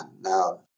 Now